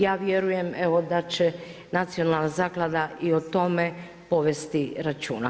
Ja vjerujem, evo da će Nacionalna zaklada i o tome povesti računa.